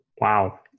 Wow